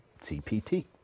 CPT